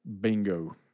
Bingo